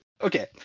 okay